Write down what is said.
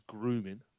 grooming